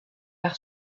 par